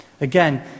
Again